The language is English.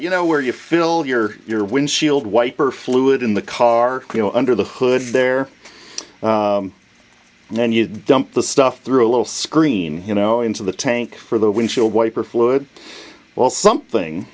you know where you filled your your windshield wiper fluid in the car you know under the hood there and then you dump the stuff through a little screen you know into the tank for the windshield wiper fluid well something